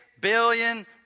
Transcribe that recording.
billion